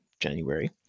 january